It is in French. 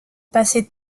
passer